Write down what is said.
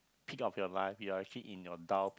of your life you are actually in your dull